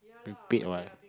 they paid what